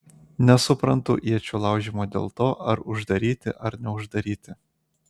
nesuprantu iečių laužymo dėl to ar uždaryti ar neuždaryti